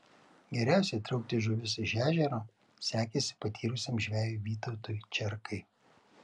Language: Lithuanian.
geriausiai traukti žuvis iš ežero sekėsi patyrusiam žvejui vytautui čerkai